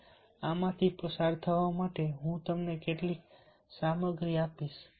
અને આમાંથી પસાર થવા માટે હું તમને કેટલીક સામગ્રી આપીશ